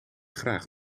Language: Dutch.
graag